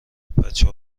بچه